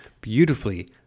beautifully